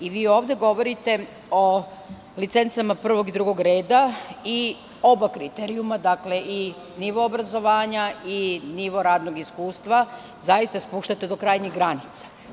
Vi ovde govorite o licencama prvog i drugog reda i oba kriterijuma – i nivo obrazovanja i nivo radnog iskustva zaista spuštate do krajnjih granica.